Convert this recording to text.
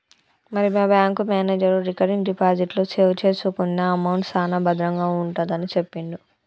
మరి మా bank manager recurring deposit లో సేవ్ చేసుకున్న అమౌంట్ సాన భద్రంగా ఉంటుందని సెప్పిండు